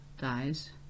dies